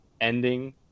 ending